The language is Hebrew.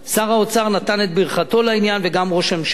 שר האוצר נתן את ברכתו לעניין וגם ראש הממשלה,